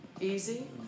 Easy